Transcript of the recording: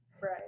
Right